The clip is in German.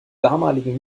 damaligen